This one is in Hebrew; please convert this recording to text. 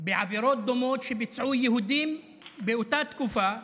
בעבירות דומות שביצעו יהודים באותה תקופה,